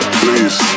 please